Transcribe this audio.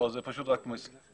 לא, אין לה מקום.